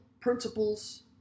principles